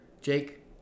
Jake